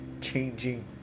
changing